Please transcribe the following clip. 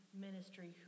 ministry